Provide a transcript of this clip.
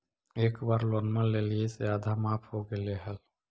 एक बार लोनवा लेलियै से आधा माफ हो गेले हल?